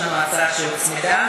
יש לנו הצעה שהוצמדה,